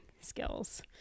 skills